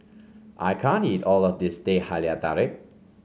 I can't eat all of this Teh Halia Tarik